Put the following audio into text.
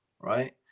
Right